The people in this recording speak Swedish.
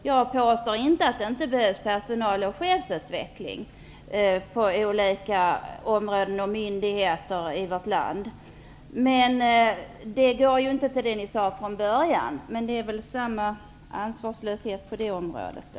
Jag påstår inte att det inte behövs personal och chefsutveckling på olika områden och hos olika myndigheter i vårt land, men pengarna går inte till det ni sade från början. Det är väl samma ansvarslöshet i det avseendet då.